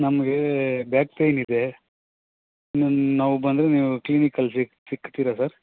ನಮಗೆ ಬ್ಯಾಕ್ ಪೈನಿದೆ ನಾವು ಬಂದರೆ ನೀವು ಕ್ಲೀನಿಕಲ್ಲಿ ಸಿಕ್ಕು ಸಿಕ್ತೀರಾ ಸರ್